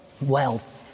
wealth